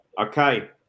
Okay